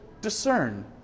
discern